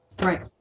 right